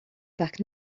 parc